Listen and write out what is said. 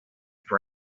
for